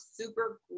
super